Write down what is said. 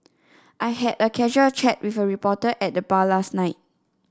I had a casual chat with a reporter at the bar last night